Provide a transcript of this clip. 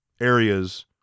areas